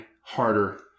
harder